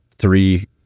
three